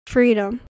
Freedom